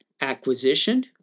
Acquisition